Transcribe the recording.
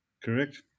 Correct